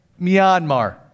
Myanmar